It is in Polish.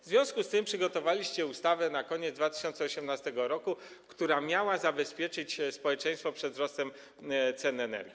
W związku z tym przygotowaliście ustawę na koniec 2018 r., która miała zabezpieczyć społeczeństwo przed wzrostem cen energii.